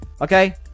Okay